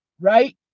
right